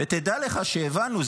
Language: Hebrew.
ותדע לך שהבנו,